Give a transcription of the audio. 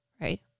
right